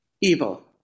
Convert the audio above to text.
evil